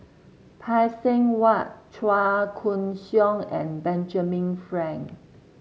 Phay Seng Whatt Chua Koon Siong and Benjamin Frank